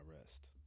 rest